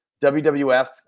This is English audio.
wwf